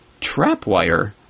TrapWire